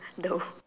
though